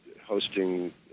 hosting